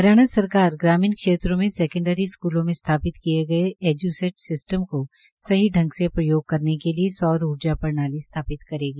हरियाणा सरकार ग्रामीण क्षेत्रों में सेकेंडरी स्कूलों में स्थापित किये गये एज्सेट सिस्टम को सही ढंग से प्रयोग करने के लिये सौर ऊर्जा प्रणाली स्थापित करेगी